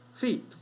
feet